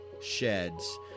sheds